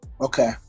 okay